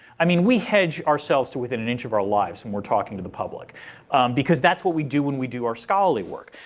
i mean we hedge ourselves to within an inch of our lives when we're talking to the public because that's what we do when we do our scholarly work.